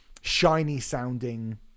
shiny-sounding